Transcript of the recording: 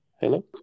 Hello